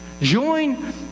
Join